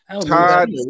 Todd